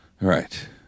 right